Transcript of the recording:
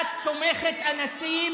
את תומכת אנסים.